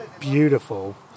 beautiful